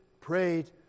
prayed